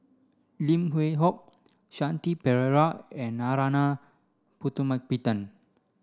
Lim Yew Hock Shanti Pereira and Narana Putumaippittan